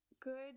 good